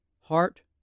heart